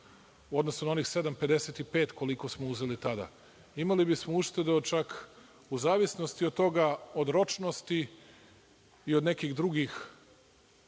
odnosu na onih 7,55, koliko smo uzeli tada, imali bismo uštede od čak u zavisnosti od ročnosti i od nekih drugih